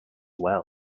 well